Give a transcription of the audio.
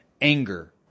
anger